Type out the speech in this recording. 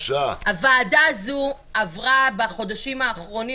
הוועדה הזאת עברה בחודשים האחרונים